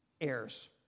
heirs